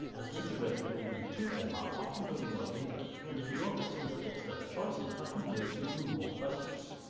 and integrating greenland to denmark often doesn't work either, and if you don't explicitly explain the choices, that can raise even more questions.